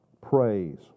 praise